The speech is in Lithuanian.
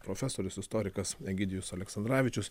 profesorius istorikas egidijus aleksandravičius